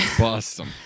awesome